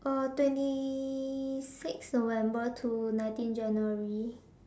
uh twenty six november to nineteen January